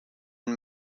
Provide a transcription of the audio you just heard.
and